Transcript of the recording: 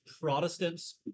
Protestants